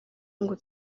ngo